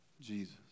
Jesus